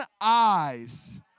eyes